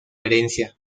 herencia